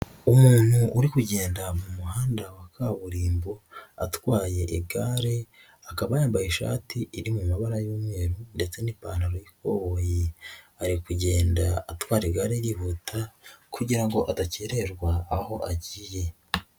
Umuntu uri kugenda mu muhanda wa kaburimbo, atwaye igare akaba yambaye ishati iri mu mabara y'umweru ndetse n'ipantaro y'ikoboyi. Ari kugenda atwara igare yihuta kugira adakererwa aho agiye.